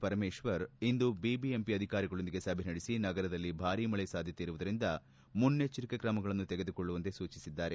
ಪರಮೇಶ್ವರ್ ಇಂದು ಬಿಬಿಎಂಪಿ ಅಧಿಕಾರಿಗಳೊಂದಿಗೆ ಸಭೆನಡೆಸಿ ನಗರದಲ್ಲಿ ಭಾರೀ ಮಳೆ ಸಾಧ್ಯತೆ ಇರುವುದರಿಂದ ಮುನ್ನೆಚ್ಚರಿಕೆ ಕ್ರಮಗಳನ್ನು ತೆಗೆದುಕೊಳ್ಳುವಂತೆ ಸೂಚಿಸಿದ್ದಾರೆ